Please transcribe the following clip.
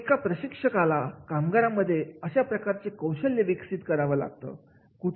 एका प्रशिक्षकाला कामगारांमध्ये अशा प्रकारचे कौशल्य विकसित करावं लागतं